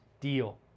deal